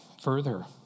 further